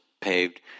paved